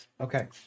Okay